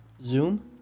Zoom